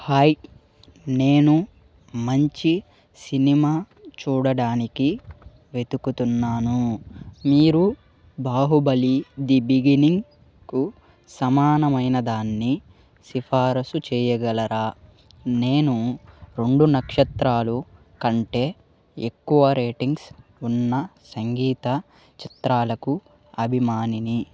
hi నేను మంచి సినిమా చూడడానికి వెతుకుతున్నాను మీరు బాహుబలి ది బిగినింగ్కు సమానమైనదాన్ని సిఫారసు చేయగలరా నేను రెండు నక్షత్రాలు కంటే ఎక్కువ రేటింగ్స్ ఉన్న సంగీత చిత్రాలకు అభిమానిని